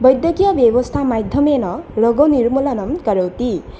वैद्यकीयव्यवस्थामाध्यमेन रोगनिर्मूलनं करोति